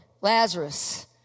Lazarus